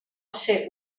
ser